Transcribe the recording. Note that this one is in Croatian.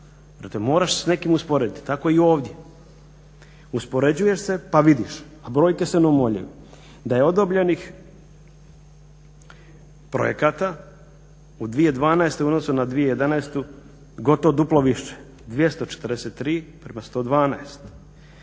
Dakle moraš s nekim usporediti tako i ovdje. Uspoređuješ se pa vidiš a brojke su neumoljive. Da je odobrenih projekata u 2012.u odnosu na 2011.gotovo duplo više 243 prema 112,